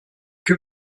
que